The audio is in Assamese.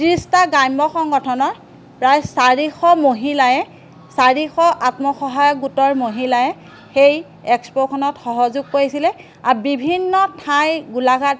ত্ৰিছটা গ্ৰাম্য সংগঠনৰ প্ৰায় চাৰিশ মহিলাই চাৰিশ আত্মসহায়ক গোটৰ মহিলাই সেই এক্সপ'খনত সহযোগ কৰিছিলে আৰু বিভিন্ন ঠাই গোলাঘাট